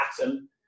Atom